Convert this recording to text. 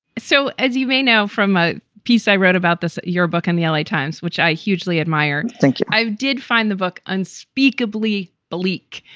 so as you may know from a piece i wrote about this at your book in the l a. times, which i hugely admired. thank you. i did find the book unspeakably bleak.